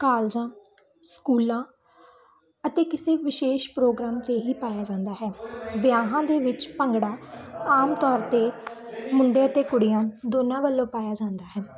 ਕਾਲਜਾਂ ਸਕੂਲਾਂ ਅਤੇ ਕਿਸੇ ਵਿਸ਼ੇਸ਼ ਪ੍ਰੋਗਰਾਮ 'ਤੇ ਹੀ ਪਾਇਆ ਜਾਂਦਾ ਹੈ ਵਿਆਹਾਂ ਦੇ ਵਿੱਚ ਭੰਗੜਾ ਆਮ ਤੌਰ 'ਤੇ ਮੁੰਡੇ ਅਤੇ ਕੁੜੀਆਂ ਦੋਨਾਂ ਵੱਲੋਂ ਪਾਇਆ ਜਾਂਦਾ ਹੈ